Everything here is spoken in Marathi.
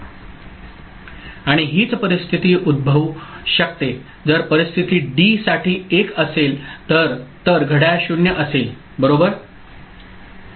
आणि हीच परिस्थिती उद्भवू शकते जर परिस्थिती D साठी 1असेल तर तर घड्याळ 0 असेल बरोबर आहे ठीक